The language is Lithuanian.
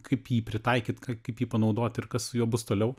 kaip jį pritaikyt kaip jį panaudoti ir kas su juo bus toliau